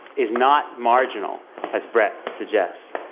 is not marginal as bret suggests.